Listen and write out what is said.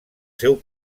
seu